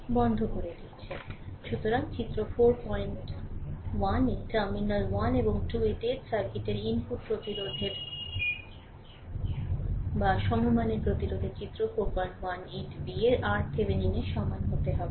সুতরাং চিত্র 41 এ টার্মিনাল 1 এবং 2 এ ডেড সার্কিটের ইনপুট প্রতিরোধের বা সমমানের প্রতিরোধের চিত্র 4 18b এ RThevenin এর সমান হতে হবে